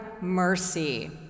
mercy